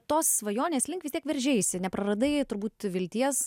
tos svajonės link vis tiek veržeisi nepraradai turbūt vilties